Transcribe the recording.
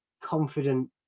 confident